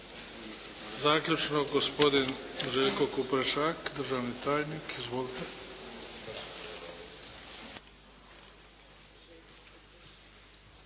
Zaključno gospodin Željko Kuprešak, državni tajnik. Izvolite.